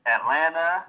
Atlanta